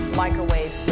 microwave